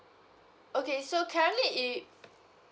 okay so currently